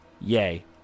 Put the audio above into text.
yay